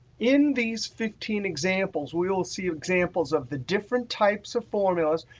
in these fifteen examples, we will see examples of the different types of formulas.